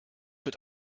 wird